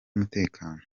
umutekano